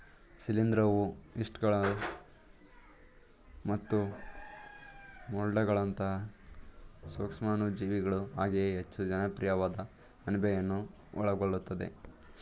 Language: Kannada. ಶಿಲೀಂಧ್ರವು ಯೀಸ್ಟ್ಗಳು ಮತ್ತು ಮೊಲ್ಡ್ಗಳಂತಹ ಸೂಕ್ಷಾಣುಜೀವಿಗಳು ಹಾಗೆಯೇ ಹೆಚ್ಚು ಜನಪ್ರಿಯವಾದ ಅಣಬೆಯನ್ನು ಒಳಗೊಳ್ಳುತ್ತದೆ